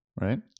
right